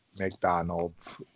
McDonald's